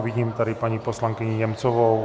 Vidím tady paní poslankyni Němcovou.